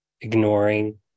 ignoring